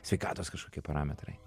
sveikatos kažkokie parametrai